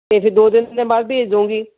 ਅਤੇ ਫਿਰ ਦੋ ਤਿੰਨ ਦਿਨਾਂ ਬਾਅਦ ਭੇਜ ਦਵਾਂਗੀ